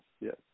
yes